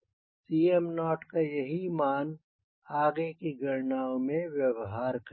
Cm0 का यही मान आगे की गणनाओं में व्यव्हार करेंगे